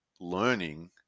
learning